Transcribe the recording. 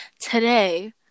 Today